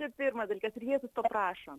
tai pirmas dalykas ir jėzus to prašo